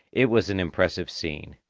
it was an impressive scene!